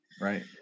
Right